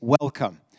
welcome